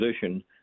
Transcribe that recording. position